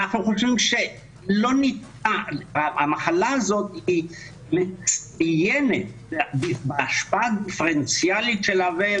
אנחנו חושבים שלא ניתן המחלה הזאת מצטיינת בהשפעה דיפרנציאלית שלה,